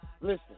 Listen